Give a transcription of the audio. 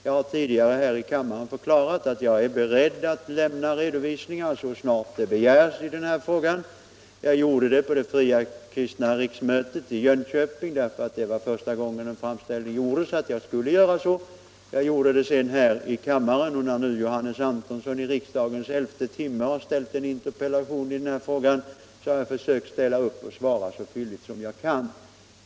Jag har tidigare i kammaren förklarat att jag är beredd att lämna redovisningar i den här frågan så snart det begärs. Jag gjorde det även på det fria kristna riksmötet i Jönköping, eftersom det då var första gången jag fick en framställning om att göra det. Jag gjorde det senare även här i kammaren, och när nu Johannes Antonsson i riksmötets elfte timme har ställt en interpellation i frågan, har jag svarat så fylligt jag kan.